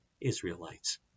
Israelites